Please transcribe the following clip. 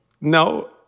No